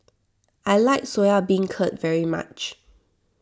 I like Soya Beancurd very much